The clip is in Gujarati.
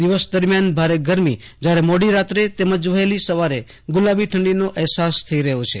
દિવસ દરમ્યાન ભારે ગરમી જયારે મોડી રાત્રે તેમજ વહેલી સવારે ગુલાબી ઠંડીનો અહેસાસ થઈ રહયો છે